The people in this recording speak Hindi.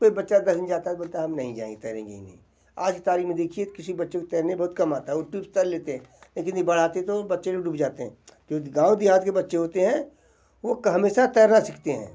कोई बच्चा दहिन जाता है बोलता है हम नहीं जाएंगे तैरेंगे ही नही आज की तारीख़ में देखिए तो किसी बच्चे को तैरने बहुत कम आता है वो ट्यूब से तैर लेते हैं लेकिन ये बाढ़ आते तो बच्चे लोग डूब जाते हैं क्योंकि गाँव दिहात के बच्चे होते हैं वो हमेशा तैरना सीखते हैं